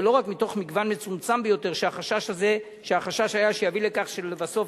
ולא רק מתוך מגוון מצומצם ביותר שהחשש היה שיביא לכך שלבסוף